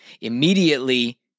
immediately